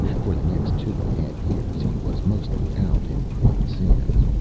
for the next two and a half years, he was mostly out in white sands.